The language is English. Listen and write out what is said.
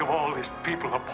of all these people up